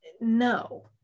No